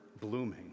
blooming